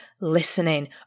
listening